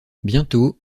bientôt